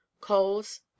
coals